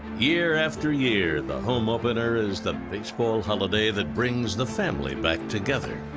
year after year, the home opener is the baseball holiday that brings the family back together.